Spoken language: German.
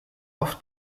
auf